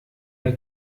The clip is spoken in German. der